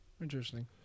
interesting